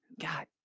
God